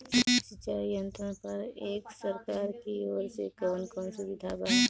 सिंचाई यंत्रन पर एक सरकार की ओर से कवन कवन सुविधा बा?